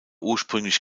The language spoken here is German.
ursprünglich